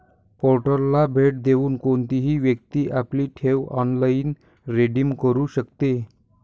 पोर्टलला भेट देऊन कोणतीही व्यक्ती आपली ठेव ऑनलाइन रिडीम करू शकते